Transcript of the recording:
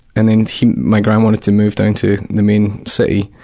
and then my gran wanted to move down to the main city,